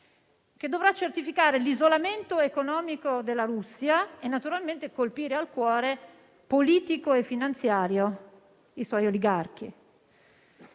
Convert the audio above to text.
che dovrà certificare l'isolamento economico della Russia e naturalmente colpire al cuore politico e finanziario i suoi oligarchi.